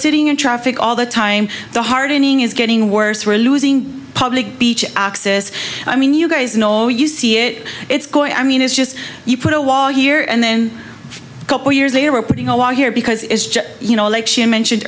sitting in traffic all the time the hardening is getting worse we're losing public beach access i mean you guys know you see it it's going i mean it's just you put a wall here and then a couple years later we're putting a lot here because it's just you know like she mentioned